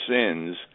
sins